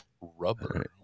Rubber